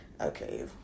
Okay